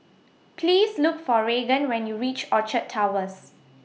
Please Look For Raegan when YOU REACH Orchard Towers